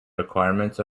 requirements